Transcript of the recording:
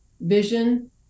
vision—